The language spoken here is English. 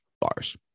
Bars